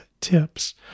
tips